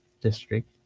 district